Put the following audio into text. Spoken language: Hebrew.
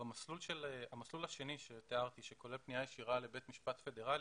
המסלול השני שתיארתי שכולל פנייה ישירה לבית משפט פדרלי,